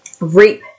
reap